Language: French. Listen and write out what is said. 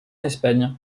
espagne